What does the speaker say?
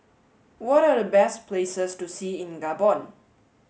what are the best places to see in Gabon